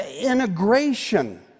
integration